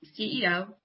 CEO